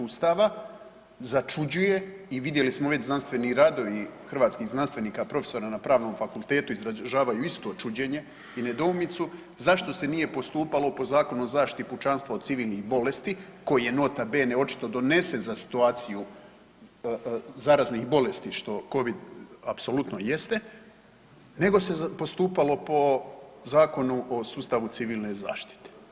Ustava začuđuje i vidjeli smo već znanstveni radovi hrvatskih znanstvenika, profesora na Pravnom fakultetu izražavaju isto čuđenje i nedoumicu zašto se nije postupalo po Zakonu o zaštiti pučanstva od civilnih bolesti koji je nota bene donesen za situaciju zaraznih bolesti što Covid apsolutno jeste, nego se postupalo po Zakonu o sustavu civilne zaštite.